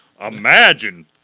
imagine